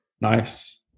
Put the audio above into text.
Nice